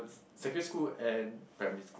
secondary school and primary school